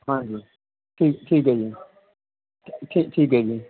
ਹਾਂਜੀ ਠੀਕ ਹੈ ਜੀ ਠੀਕ ਹੈ ਜੀ